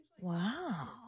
Wow